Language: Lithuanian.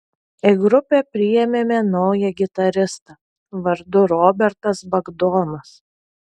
į grupę priėmėme naują gitaristą vardu robertas bagdonas